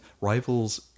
rivals